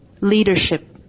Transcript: leadership